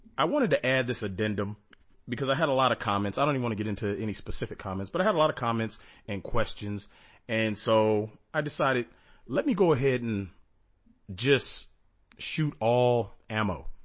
i wanted to add this addendum because i had a lot of comments i don't want to get into any specific comments but i had a lot of comments and questions and so i decided let me go ahead and just shoot all ammo